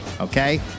Okay